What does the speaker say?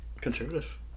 conservative